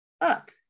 up